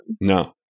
No